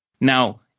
Now